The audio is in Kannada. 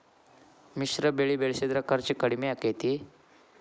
ಮಿಶ್ರ ಬೆಳಿ ಬೆಳಿಸಿದ್ರ ಖರ್ಚು ಕಡಮಿ ಆಕ್ಕೆತಿ?